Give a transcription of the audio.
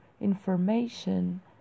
information